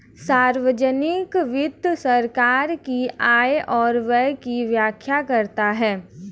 सार्वजिक वित्त सरकार की आय और व्यय की व्याख्या करता है